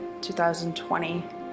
2020